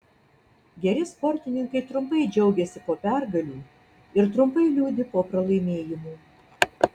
geri sportininkai trumpai džiaugiasi po pergalių ir trumpai liūdi po pralaimėjimų